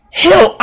hell